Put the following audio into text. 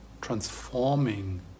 transforming